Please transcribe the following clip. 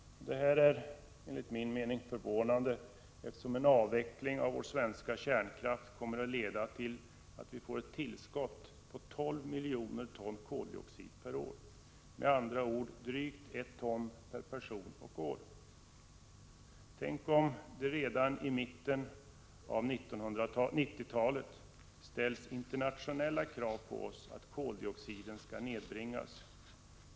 Detta är enligt min mening förvånande, eftersom en avveckling av vår svenska kärnkraft kommer att leda till att vi får ett tillskott på 12 miljoner ton koldioxid per år, med andra ord drygt ett ton per person och år. Tänk om det redan i mitten av 1990-talet ställs internationella krav på oss att koldioxiden skall nedbringas.